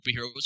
superheroes